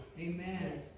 Amen